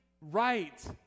right